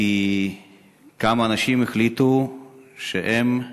כי כמה אנשים החליטו שהם